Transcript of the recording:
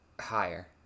Higher